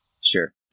Sure